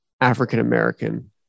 African-American